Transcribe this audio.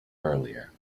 earlier